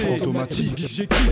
Automatique